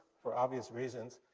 for obvious reasons,